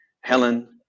helen